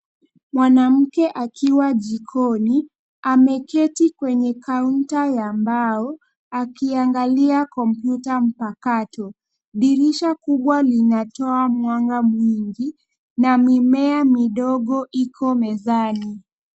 Mwanamke akiwa jikoni, ameketi kwenye kaunta ya mbao akiangalia kompyuta mpakato. Dirisha kubwa linatoa mwanga mwingi na mimea midogo iko mezani.